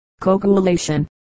Coagulation